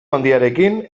handiarekin